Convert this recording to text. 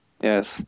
Yes